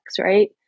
right